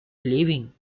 living